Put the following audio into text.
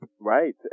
right